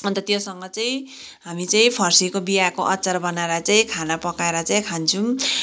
अन्त त्योसँग चाहिँ हामी चाहिँ फर्सीको बिँयाको अचार बनाएर चाहिँ खाना पकाएर चाहिँ खान्छौँ